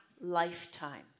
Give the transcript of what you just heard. lifetime